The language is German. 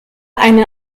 eine